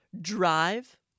Drive